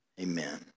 Amen